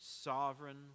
sovereign